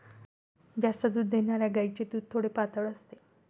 जास्त दूध देणाऱ्या गायीचे दूध थोडे पातळ असते